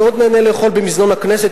מאוד נהנה לאכול במזנון הכנסת,